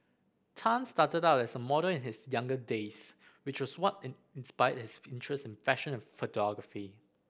Tan started out as a model in his younger days which was what in inspired his interest in fashion and photography